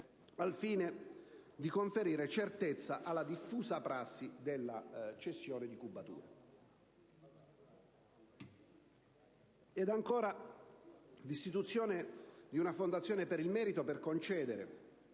al fine di conferire certezza alla diffusa prassi della cessione di cubatura. E ancora, l'istituzione di una fondazione per il merito, per concedere